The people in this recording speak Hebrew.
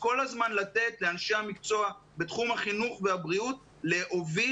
כל הזמן לתת לאנשי המקצוע בתחום החינוך והבריאות להוביל